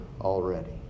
already